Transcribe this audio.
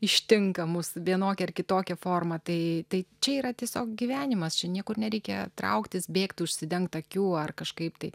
ištinka mus vienokia ar kitokia forma tai tai čia yra tiesiog gyvenimas čia niekur nereikia trauktis bėgt užsidengt akių ar kažkaip tai